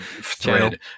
thread